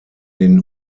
den